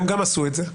והם גם עשו את זה.